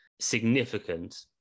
significant